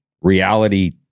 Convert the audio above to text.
reality